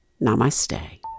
namaste